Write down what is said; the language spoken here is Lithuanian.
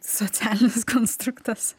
socialinis konstruktas